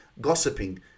gossiping